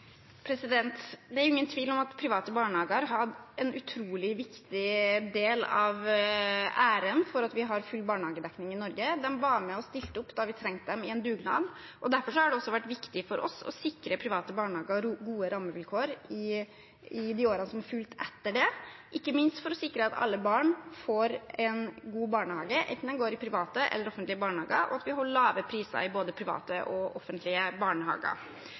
Det er ingen tvil om at private barnehager har hatt en utrolig viktig del av æren for at vi har full barnehagedekning i Norge. De var med og stilte opp i en dugnad da vi trengte dem. Derfor har det også vært viktig for oss å sikre private barnehager gode rammevilkår i årene som fulgte etter det, ikke minst for å sikre at alle barn får en god barnehage, enten de går i private eller offentlige barnehager, og at vi holder lave priser i både private og offentlige barnehager.